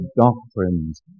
doctrines